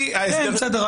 כן בסדר,